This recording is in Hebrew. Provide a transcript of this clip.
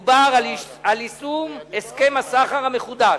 מדובר על יישום הסכם הסחר המחודש,